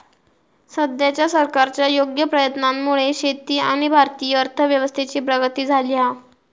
सद्याच्या सरकारच्या योग्य प्रयत्नांमुळे शेती आणि भारतीय अर्थव्यवस्थेची प्रगती झाली हा